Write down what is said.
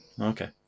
okay